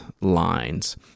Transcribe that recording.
lines